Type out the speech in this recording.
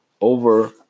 over